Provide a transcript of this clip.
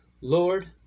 Lord